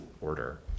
order